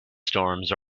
storms